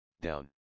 down